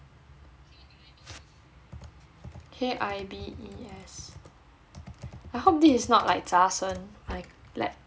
K I B B S I hope this is not like